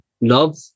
love